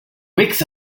wakes